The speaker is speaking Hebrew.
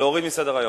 להוריד מסדר-היום.